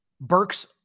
Burks